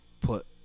put